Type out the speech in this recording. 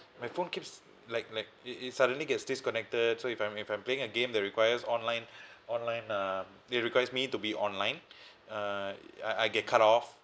my phone keeps like like it it suddenly gets disconnected so if I'm if I'm playing a game that requires online online uh it requires me to be online uh I I get cut off